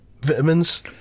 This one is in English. vitamins